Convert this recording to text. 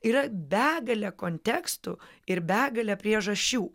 yra begalė kontekstų ir begalė priežasčių